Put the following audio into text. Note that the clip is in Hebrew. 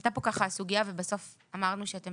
עלתה פה הסוגיה ובסוף אמרנו שאתם